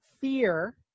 fear